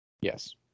Yes